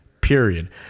Period